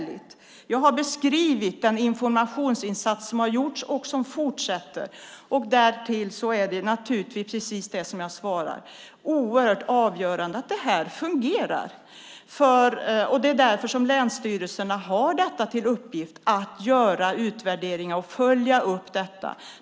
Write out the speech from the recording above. Jag har beskrivit den informationsinsats som har gjorts och som fortsätter. Därtill är det naturligtvis, som jag svarat, avgörande att det hela fungerar. Det är därför som länsstyrelserna har till uppgift att följa upp och göra utvärderingar.